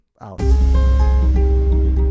out